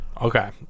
Okay